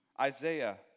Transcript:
Isaiah